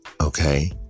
Okay